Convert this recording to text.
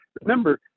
remember